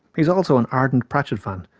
he is also an ardent pratchett fan,